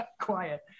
quiet